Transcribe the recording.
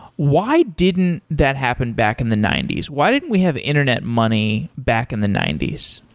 why didn't that happen back in the ninety s? why didn't we have internet money back in the ninety s?